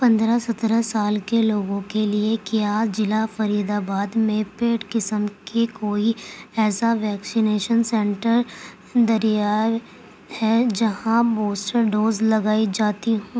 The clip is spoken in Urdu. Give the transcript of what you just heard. پندرہ سترہ سال کے لوگوں کے لیے کیا ضلع فرید آباد میں پیڈ قسم کی کوئی ایسا ویکسینیشن سنٹر دریاب ہے جہاں بوسٹر ڈوز لگائی جاتی ہو